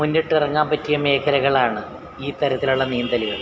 മുന്നിട്ട് എറങ്ങാൻ പറ്റിയ മേഖലകളാണ് ഈ തരത്തിലുള്ള നീന്തലുകൾ